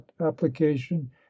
application